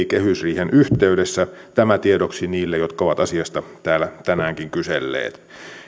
kehysriihen yhteydessä tämä tiedoksi niille jotka ovat asiasta täällä tänäänkin kyselleet